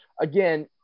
again